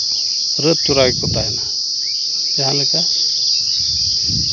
ᱨᱟᱹᱛ ᱪᱚᱨᱟ ᱜᱮᱠᱚ ᱛᱟᱦᱮᱱᱟ ᱡᱟᱦᱟᱸ ᱞᱮᱠᱟ